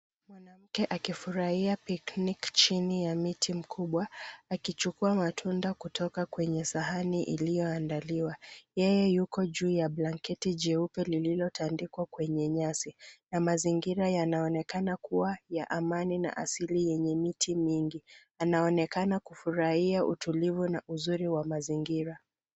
Mwanamkeakifurahia picnic[cs chini ya mti mkubwa akichukua matunda kutoka kwenye sahani iliyoandaliwa. Yeye yuko juu ya blanketi jeupe lililotandikwa kwenye nyasi na mazingira yanaonekana kuwa ya amani na asili yenye miti mingi. Anaonekana kufurahia utulivu na uzuri wa mazingira.